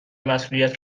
مسئولیت